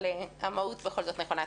אבל המהות בכל זאת נכונה.